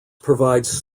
provides